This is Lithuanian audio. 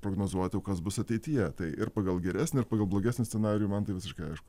prognozuoti o kas bus ateityje tai ir pagal geresnį ir pagal blogesnį scenarijų man tai visiškai aišku